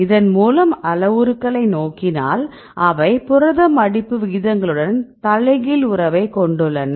இதன்மூலம் அளவுருக்களை நோக்கினால் அவை புரத மடிப்பு விகிதங்களுடன் தலைகீழ் உறவைக் கொண்டுள்ளன